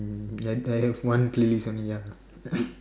and I have one playlist only lah ya